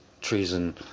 treason